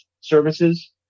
services